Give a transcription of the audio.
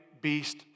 beast